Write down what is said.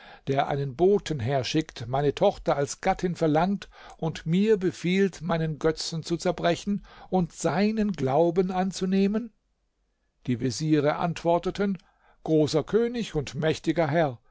der einen boten herschickt meine tochter als gattin verlangt und mir befiehlt meinen götzen zu zerbrechen und seinen glauben anzunehmen die veziere antworteten großer könig und mächtiger herr